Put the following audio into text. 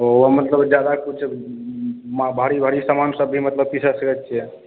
ओ मतलब ज्यादा किछु भारी भारी सामानसभ भी मतलब पीस सकैत छियै